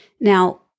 Now